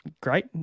great